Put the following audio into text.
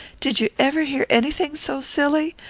did you ever hear anything so silly?